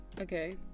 okay